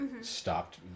stopped